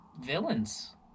villains